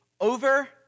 over